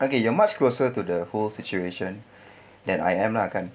okay you are much closer to the whole situation than I am lah kan